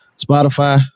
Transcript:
Spotify